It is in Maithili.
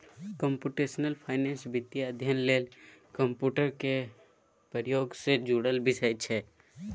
कंप्यूटेशनल फाइनेंस वित्तीय अध्ययन लेल कंप्यूटर केर प्रयोग सँ जुड़ल विषय छै